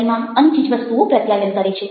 પ્રતિમા અને ચીજવસ્તુઓ પ્રત્યાયન કરે છે